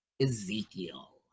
Ezekiel